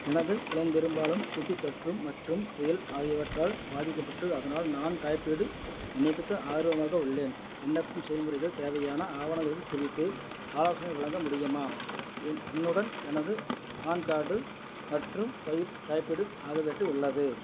எனது புலம் பெரும்பாலும் பூச்சித் தொற்று மற்றும் புயல் ஆகியவற்றால் பாதிக்கப்பட்டு அதனால் நான் காப்பீடு விண்ணப்பிக்க ஆர்வமாக உள்ளேன் விண்ணப்பம் செயல்முறைகள் தேவையான ஆவணங்கள் குறித்து ஆலோசனை வழங்க முடியுமா என் என்னுடன் எனது பான் கார்டு மற்றும் பயிர் காப்பீடு ஆகியவற்று உள்ளது